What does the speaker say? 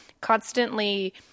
constantly